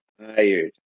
tired